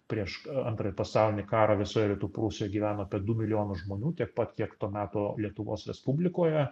prieš antrąjį pasaulinį karą visoje rytų prūsijoj gyveno apie du milijonus žmonių tiek pat kiek to meto lietuvos respublikoje